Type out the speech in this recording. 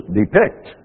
depict